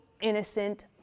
innocent